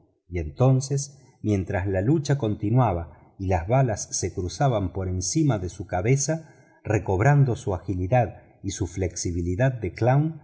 y entonces mientras la lucha continuaba y las balas se cruzaban por encima de su cabeza recobrando su agilidad y flexibilidad de clown